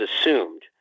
assumed